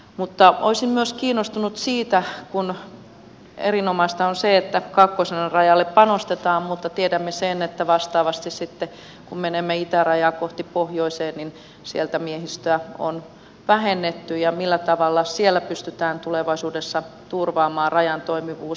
mutta olisin myös kiinnostunut siitä kun erinomaista on se että kaakkoiselle rajalle panostetaan tiedämme sen että vastaavasti sitten kun menemme itärajaa kohti pohjoiseen sieltä miehistöä on vähennetty millä tavalla siellä pystytään tulevaisuudessa turvaamaan rajan toimivuus